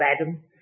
Adam